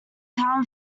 town